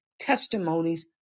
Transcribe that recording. testimonies